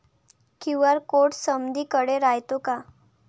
QR code समदीकडे रायतो का?